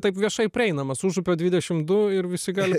taip viešai prieinamas užupio dvidešim du ir visi gali